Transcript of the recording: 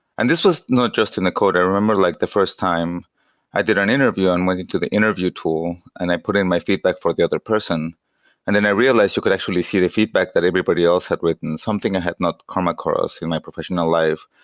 and this was not just in the code. i remember like the first time i did an interview, i and went into the interview tool and i put in my feedback for the other person and then i realized you could actually see the feedback that everybody else had written. something i had not come across in my professional life,